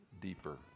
deeper